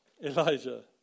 Elijah